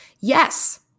Yes